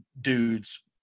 dudes